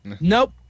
Nope